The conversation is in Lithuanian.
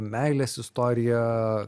meilės istorija